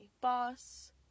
boss